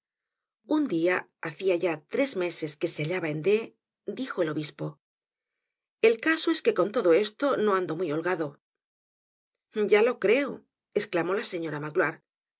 un dia hacia ya tres meses que se hallaba en d dijo el obispo el caso es que con todo esto no ando muy holgado ya lo creo esclamó la señora